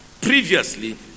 Previously